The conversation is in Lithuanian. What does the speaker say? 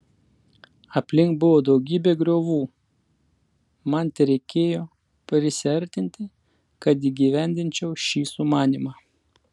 aplink buvo daugybė griovų man tereikėjo prisiartinti kad įgyvendinčiau šį sumanymą